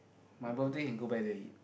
my birthday can go back there eat